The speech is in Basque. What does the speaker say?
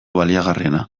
baliagarriena